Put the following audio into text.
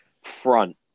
front